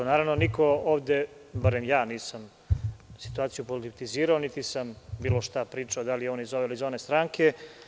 Niko ovde, barem ja nisam situaciju politizirao, niti sam bilo šta pričao da li je on iz ove ili iz one stranke.